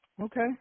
Okay